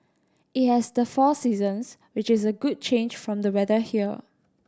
it has the four seasons which is a good change from the weather here